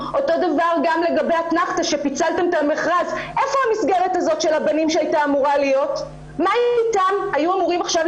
מדויקים לגבי ההתקדמות בהסבה של המסגרת הזאת לטובת מעון נעול